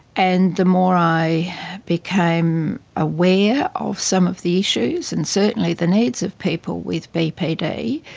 and the more i became aware of some of the issues and certainly the needs of people with bpd,